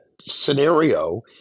scenario